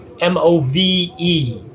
m-o-v-e